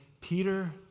Peter